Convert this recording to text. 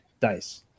dice